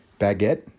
baguette